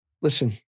Listen